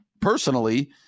personally